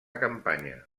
campanya